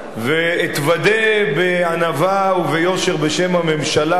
ואתוודה בענווה וביושר בשם הממשלה,